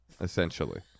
essentially